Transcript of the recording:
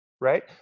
right